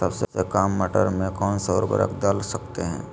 सबसे काम मटर में कौन सा ऊर्वरक दल सकते हैं?